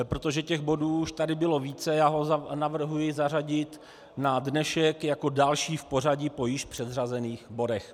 Protože těch bodů už tady bylo více, já ho navrhuji zařadit na dnešek jako další v pořadí po již předřazených bodech.